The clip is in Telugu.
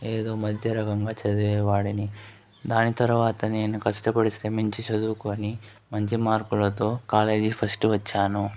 ఏదో మధ్యరకంగా చదివే వాడిని దాని తర్వాత నేను కష్టపడి శ్రమించి చదువుకొని మంచి మార్కులతో కాలేజీ ఫస్ట్ వచ్చాను